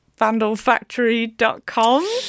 Vandalfactory.com